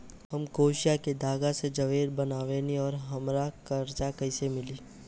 हम क्रोशिया के धागा से जेवर बनावेनी और हमरा कर्जा कइसे मिली?